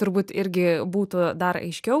turbūt irgi būtų dar aiškiau